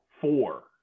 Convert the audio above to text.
Four